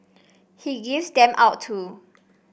he gives them out too